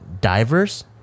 divers